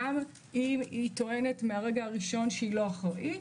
גם אם היא טוענת מהרגע הראשון שהיא לא אחראית,